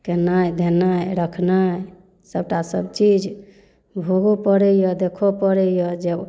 केनाइ धेनाइ रखनाइ सभटा सभचीज भोगऽ पड़ैय देखऽ पड़ैय जब